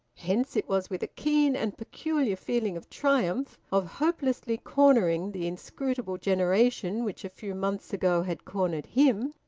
hence it was with a keen and peculiar feeling of triumph, of hopelessly cornering the inscrutable generation which a few months ago had cornered him,